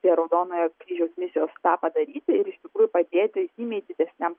prie raudonojo kryžiaus misijos tą padaryti ir iš tikrųjų padėti žymiai didesniam